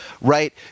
right